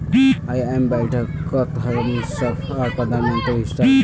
आईएमएफेर बैठकत हमसार प्रधानमंत्री हिस्सा लिबे